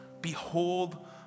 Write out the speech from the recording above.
Behold